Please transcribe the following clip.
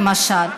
למשל,